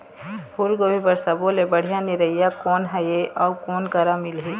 फूलगोभी बर सब्बो ले बढ़िया निरैया कोन हर ये अउ कोन करा मिलही?